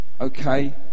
Okay